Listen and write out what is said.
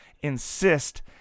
insist